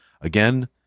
Again